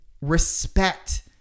respect